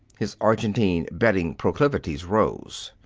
his argentine betting proclivities rose.